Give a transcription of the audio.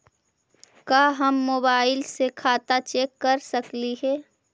का हम मोबाईल से खाता चेक कर सकली हे?